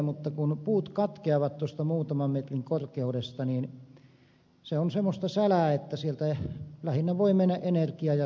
mutta kun puut katkeavat tuosta muutaman metrin korkeudesta niin se on semmoista sälää että sitä voi mennä lähinnä energia ja sellupuuksi